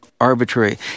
arbitrary